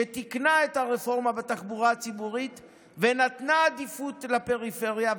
שתיקנה את הרפורמה בתחבורה הציבורית ונתנה עדיפות לפריפריה,